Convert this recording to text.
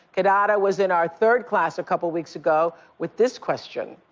kidada was in our third class a couple weeks ago with this question.